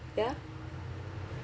ya